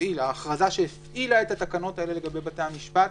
ההכרזה שהפעילה את התקנות האלה לגבי בתי המשפט,